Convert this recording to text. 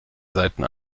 seiten